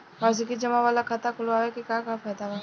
वार्षिकी जमा वाला खाता खोलवावे के का फायदा बा?